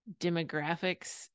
demographics